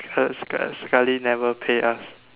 uh sekal~ sekali never pay us